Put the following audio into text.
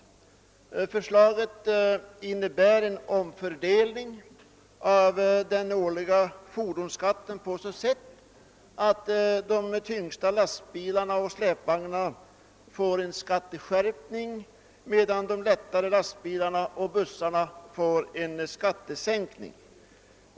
Förslaget syftar till en sådan omfördelning av den årligen utgående fordonsskatten att det blir en skatteskärpning för de tyngsta lastbilarna och släpvagnarna medan lättare lastbilar och bussar får en skattesänkning.